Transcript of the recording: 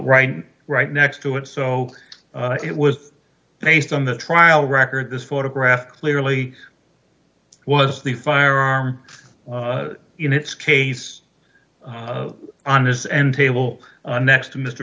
right right next to it so it was based on the trial record this photograph clearly was the firearm in its case on his end table next to mr